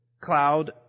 cloud